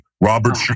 Robert